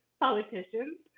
politicians